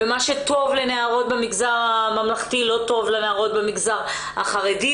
ומה שטוב לנערות במגזר הממלכתי לא טוב לנערות במגזר החרדי,